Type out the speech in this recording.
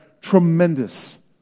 Tremendous